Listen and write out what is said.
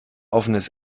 offenes